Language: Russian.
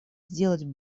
сделать